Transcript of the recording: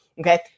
Okay